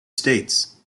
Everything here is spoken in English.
states